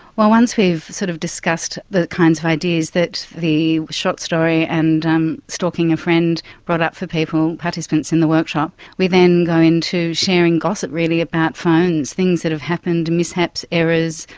well, once we've sort of discussed the kinds of ideas that the short story and um stalking a friend brought up for people, participants in the workshop, we then go into sharing gossip really about phones, things that have happened, mishaps, errors,